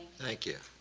thank you.